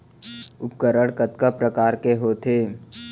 उपकरण कतका प्रकार के होथे?